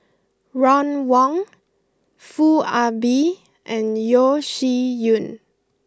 Ron Wong Foo Ah Bee and Yeo Shih Yun